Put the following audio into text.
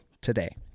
today